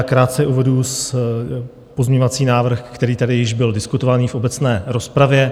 Krátce uvedu svůj pozměňovací návrh, který tady již byl diskutovaný v obecné rozpravě.